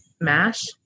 Mash